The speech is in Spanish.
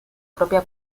propia